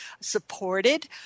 supported